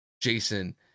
Jason